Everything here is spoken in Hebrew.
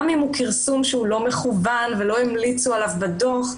גם אם הוא כרסום לא מכוון שלא המליצו עליו בדוח,